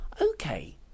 okay